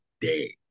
day